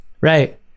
Right